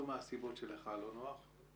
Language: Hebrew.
לא מהסיבות שלך לא נוח,